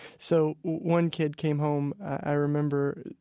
so one kid came home, i remember,